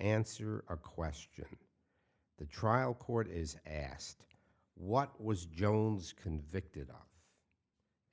answer our question the trial court is asked what was jones convicted on